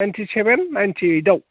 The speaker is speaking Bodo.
नाइन्टि सेबेन नाइन्टि एइड आव